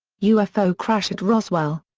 ufo crash at roswell.